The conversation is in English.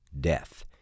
death